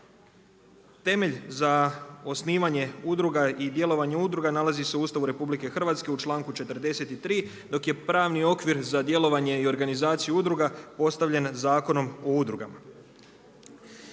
Temelj za osnivanje udruga i djelovanje udruga nalazi se u Ustavu RH u članku 43. dok je pravni okvir za djelovanje i organizaciju udruga postavljen Zakonom o udrugama.